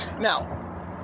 now